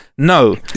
No